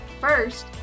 First